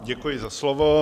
Děkuji za slovo.